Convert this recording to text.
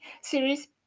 Series